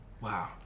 Wow